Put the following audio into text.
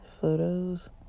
photos